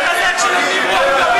ההצעה שלא לכלול את הנושא